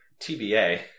TBA